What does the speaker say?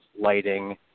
lighting